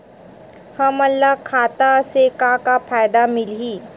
हमन ला खाता से का का फ़ायदा मिलही?